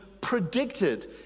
predicted